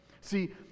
See